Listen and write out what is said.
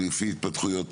בפיצולים,